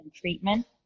treatment